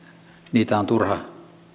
niitä on turha